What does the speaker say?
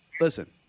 listen